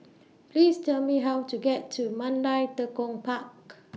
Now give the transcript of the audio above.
Please Tell Me How to get to Mandai Tekong Park